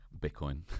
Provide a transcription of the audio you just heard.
Bitcoin